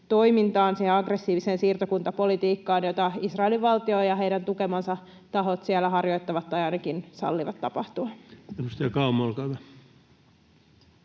siihen aggressiiviseen siirtokuntapolitiikkaan, jota Israelin valtio ja heidän tukemansa tahot siellä harjoittavat tai ainakin sallivat tapahtua?